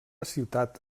ciutat